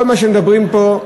כל מה שמדברים פה,